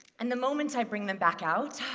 and the moment i bring them back out,